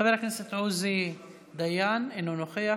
חבר הכנסת עוזי דיין, אינו נוכח,